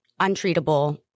untreatable